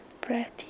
breath